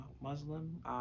Muslim